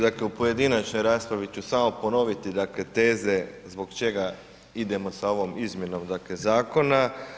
Dakle, u pojedinačnoj raspravi ću samo ponoviti dakle teze zbog čega idemo sa ovom izmjenom dakle zakona.